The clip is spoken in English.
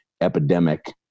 epidemic